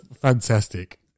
fantastic